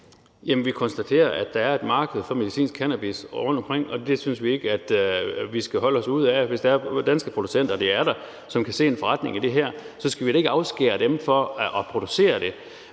vi konstaterer, at der er et marked for medicinsk cannabis rundtomkring, og det synes vi ikke at vi skal holde os ude af. Hvis de danske producenter er der og kan se en forretning i det her, skal vi da ikke afskære dem for at producere det.